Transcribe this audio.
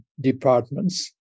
departments